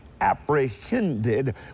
apprehended